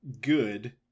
good